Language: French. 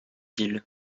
ils